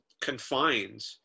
confined